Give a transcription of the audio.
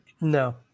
No